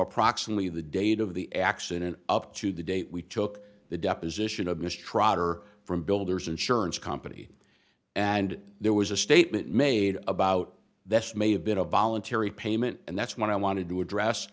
approximately the date of the accident up to the date we took the deposition of mr trotter from builders insurance company and there was a statement made about this may have been a voluntary payment and that's what i wanted to address